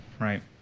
right